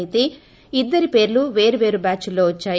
అయితే ఇద్దరీ పేర్లు పేర్వేరు బ్యాచ్ల్లో వచ్చాయి